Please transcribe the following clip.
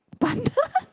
panda